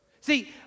See